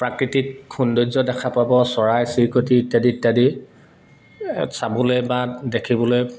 প্ৰাকৃতিক সৌন্দৰ্য দেখা পাব চৰাই চিৰিকটি ইত্যাদি ইত্যাদি চাবলৈ বা দেখিবলৈ